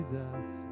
Jesus